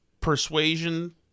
persuasion